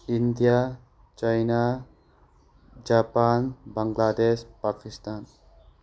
India China Japan Bangladesh Pakistan